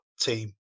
team